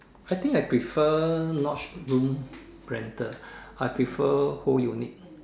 I think I prefer not room rental I prefer whole unit